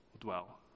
dwell